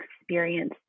experience